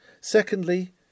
Secondly